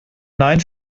nein